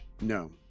No